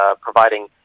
providing